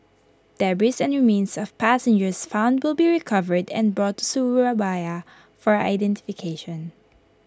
debris and remains of passengers found will be recovered and brought to Surabaya for identification